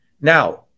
now